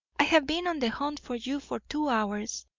i have been on the hunt for you for two hours.